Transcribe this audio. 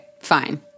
fine